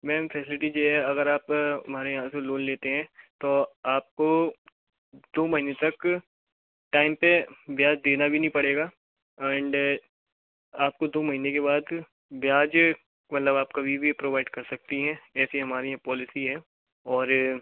ma'am facilities ये हैं आगे आप हमारे यहाँ से लोन लेते हैं तो आपको दो महीने तक टाइम पे ब्याज देना भी नहीं पड़ेगा एंड आपको दो महीने के बाद ब्याज मतलब आप कभी भी प्रोवाइड कर सकती हैं ऐसी हमारी पॉलिसी है और